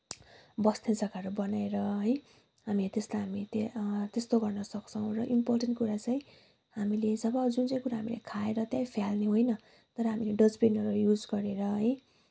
बस्ने जग्गाहरू बनाएर है हामी त्यसलाई हामी त्यहाँ त्यस्तो गर्न सक्छौँ र इम्पोर्टेन्ट कुरा चाहिँ हामीले जब जुन चाहिँ कुरा हामीले खाएर त्यहीँ फ्याल्ने होइन तर हामीले डस्टबिनहरू युज गरेर है